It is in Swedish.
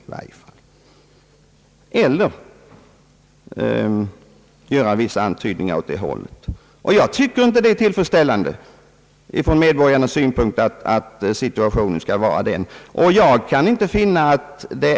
Det är från medborgarnas synpunkt inte tillfredsställande med en sådan situation, och den är inte heller nödvändig.